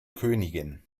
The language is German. königin